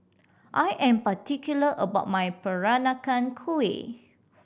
I am particular about my Peranakan Kueh